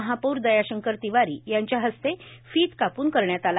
महापौर दयाशंकर तिवारी यांच्या हस्ते फीत कापून करण्यात आला